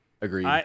Agreed